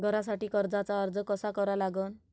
घरासाठी कर्जाचा अर्ज कसा करा लागन?